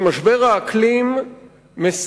שמשבר האקלים מסכן